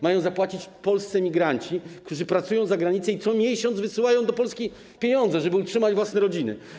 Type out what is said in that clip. Mają zapłacić polscy emigranci, którzy pracują za granicą i co miesiąc wysyłają do Polski pieniądze, żeby utrzymać własne rodziny.